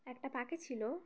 একটা পাখি ছিল